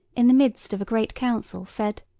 in the midst of a great council said,